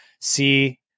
see